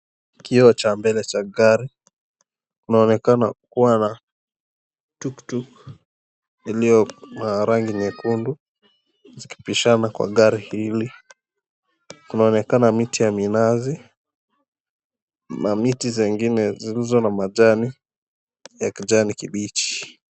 Kioo cha mbele cha gari kinaoneka kua na tuktuk iliyo kwa rangi nyekundu zikibishana kwa gari hili. Kunaonekana miti ya minazi na miti zengine zilizo na majani ya kijani kibichi.